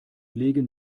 legen